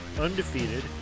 undefeated